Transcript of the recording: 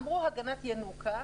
אמרו: הגנת ינוקא,